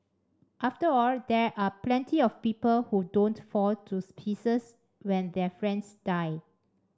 after all there are plenty of people who don't fall to pieces when their friends die